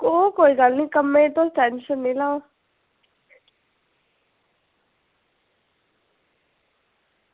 ओह् कोई गल्ल निं कम्में दी तुस टेंशन निं लैओ